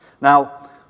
Now